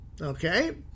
Okay